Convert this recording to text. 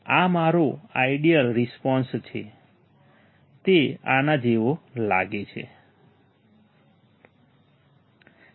આ મારો ideal response છે તે આના જેવો લાગવો જોઈએ